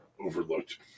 overlooked